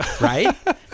right